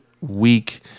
week